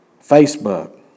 Facebook